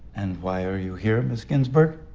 and why are you here, miss ginsburg?